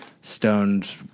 stoned